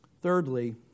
Thirdly